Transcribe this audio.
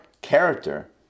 character